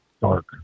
dark